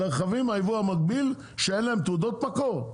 הרכבים מהיבוא המקביל שאין להם תעודות מקור.